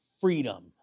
freedom